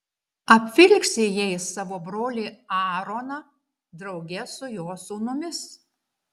apvilksi jais savo brolį aaroną drauge su jo sūnumis